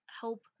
help